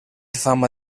fama